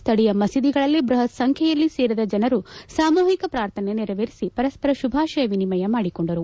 ಸ್ವಳೀಯ ಮಸೀದಿಗಳಲ್ಲಿ ಬ್ಬಹತ್ ಸಂಚ್ಲೆಯಲ್ಲಿ ಸೇರಿದ ಜನರು ಸಾಮೂಹಿಕ ಪ್ರಾರ್ಥನೆ ನೆರವೇರಿಸಿ ಪರಸ್ಪರ ಶುಭಾಶಯ ವಿನಿಮಯ ಮಾಡಿಕೊಂಡರು